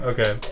Okay